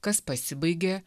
kas pasibaigė